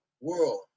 world